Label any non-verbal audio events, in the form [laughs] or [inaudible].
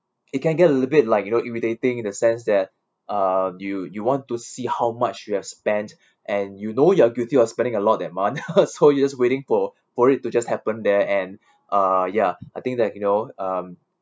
it can get a little bit like you know irritating in the sense that uh you you want to see how much you've spent and you know you are guilty of spending a lot that month [laughs] so you're just waiting for for it to just happen there and uh ya I think that you know um